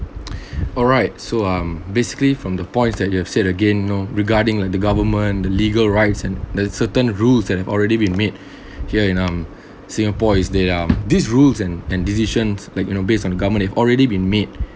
alright so um basically from the points that you have said again you know regarding like the government the legal rights and there's certain rules and already been made here in um singapore is they um these rules and and decisions like you know based on the government have already been made